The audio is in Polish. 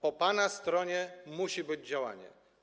Po pana stronie musi być działanie.